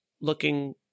looking